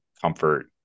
comfort